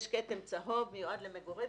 יש כתם צהוב, מיועד למגורים.